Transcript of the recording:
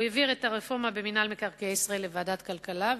הוא העביר את הרפורמה במינהל מקרקעי ישראל לוועדת הכלכלה,